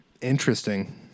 Interesting